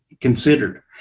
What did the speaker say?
considered